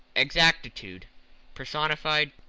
exactitude personified,